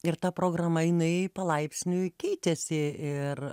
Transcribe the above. ir ta programa jinai palaipsniui keitėsi ir